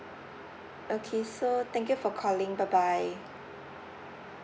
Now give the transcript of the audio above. okay so thank you for calling bye bye